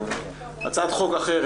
הצעת חוק אחרת,